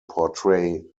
portray